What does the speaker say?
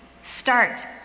start